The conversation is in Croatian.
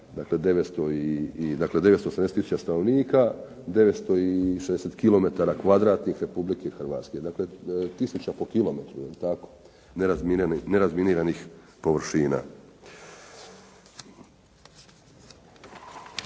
dakle 970 tisuća stanovnika, 960 kilometara kvadratnih Republike Hrvatske. Dakle, tisuća po kilometru nerazminiranih površina.